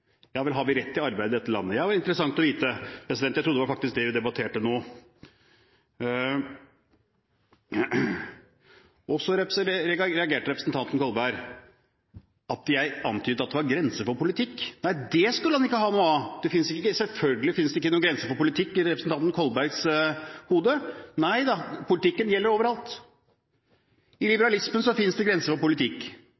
Ja vel, har vi rett til arbeid i dette landet? Det var interessant å vite. Jeg trodde faktisk det var det vi debatterte nå. Representanten Kolberg reagerte også på at jeg antydet at det var grenser for politikk. Nei, det skulle han ikke ha noe av. Selvfølgelig finnes det ikke noen grenser for politikk i representanten Kolbergs hode – nei, politikken gjelder overalt. I